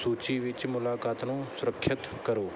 ਸੂਚੀ ਵਿੱਚ ਮੁਲਾਕਾਤ ਨੂੰ ਸੁਰੱਖਿਅਤ ਕਰੋ